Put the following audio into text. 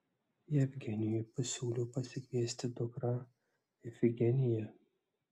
jevgenijui pasiūliau pasikviesti dukrą ifigeniją